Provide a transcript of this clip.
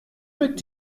mit